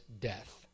death